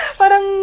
parang